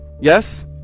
Yes